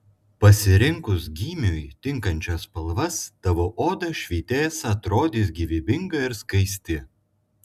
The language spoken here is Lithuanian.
pasirinkus gymiui tinkančias spalvas tavo oda švytės atrodys gyvybinga ir skaisti